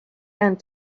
and